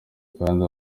kandi